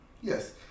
Yes